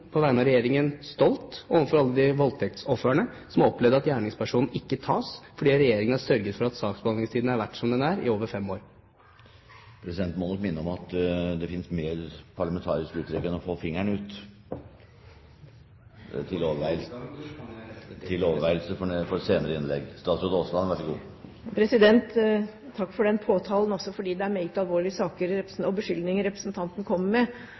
på vegne av regjeringen stolt overfor alle de voldtektsofrene som har opplevd at gjerningspersonen ikke tas fordi regjeringen har sørget for at saksbehandlingstiden har vært som den er, i over fem år? Presidenten må nok minne om at det finnes mer parlamentariske uttrykk enn «å få fingeren ut» – til overveielse for senere innlegg. Få litt fortgang i, kan jeg rette det til. President, takk for den påtalen, også fordi det er meget alvorlige saker og beskyldninger representanten kommer med,